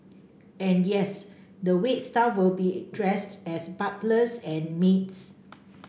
and yes the wait staff will be dressed as butlers and maids